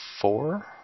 four